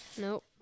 nope